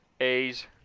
a's